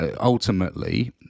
ultimately